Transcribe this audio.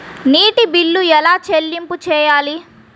నీటి బిల్లు ఎలా చెల్లింపు చేయాలి?